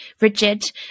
rigid